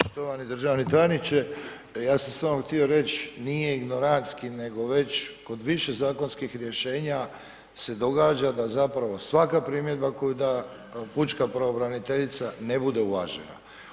Poštovani državni tajniče, ja sam samo htio reć nije ignoranski, nego već kod više zakonskih rješenja se događa da zapravo svaka primjedba koja da Pučka pravobraniteljica ne bude uvažena.